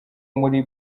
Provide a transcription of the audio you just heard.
muri